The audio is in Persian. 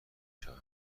شوم